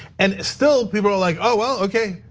and still people are, like ah well, okay,